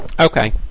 Okay